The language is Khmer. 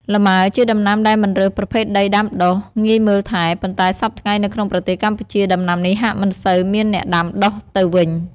លម៉ើ ជាដំណាំដែលមិនរើសប្រភេទដីដាំដុះ ងាយមើលថែ ប៉ុន្តែសព្វថ្ងៃនៅក្នងប្រទេសកម្ពុជា ដំណាំនេះហាក់មិនសូវ មានអ្នកដាំដុះទៅវិញ។